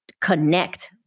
connect